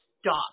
stop